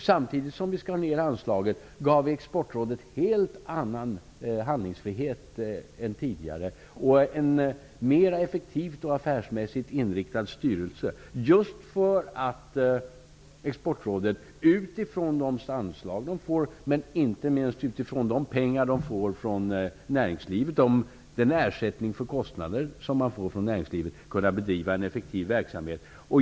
Samtidigt som vi skar ner anslaget gav vi Exportrådet en helt annan handlingsfrihet än tidigare och en mer effektiv och affärsmässigt inriktad styrelse. Det gjordes just för att Exportrådet utifrån de anslag det får, och inte minst utifrån den ersättning för kostnader det får från näringslivet, skall kunna bedriva en effektiv verksamhet.